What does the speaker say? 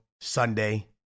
Sunday